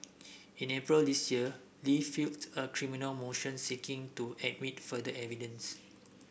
in April this year Li filed a criminal motion seeking to admit further evidence